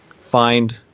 find